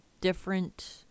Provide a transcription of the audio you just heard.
different